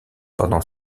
pendant